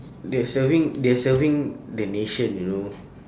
they're serving they're serving the nation you know